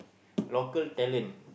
local talent